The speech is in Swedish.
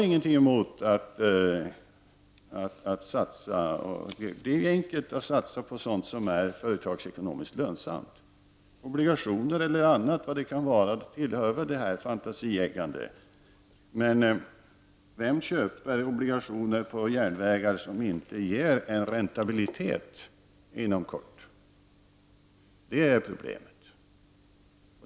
Det är enkelt att satsa på sådant som är företagsekonomiskt lönsamt, obligationer eller vad det kan vara; det tillhör väl det här som är fantasieggande. Men vem köper obligationer på järnvägar som inte ger räntabilitet inom kort? Det är problemet.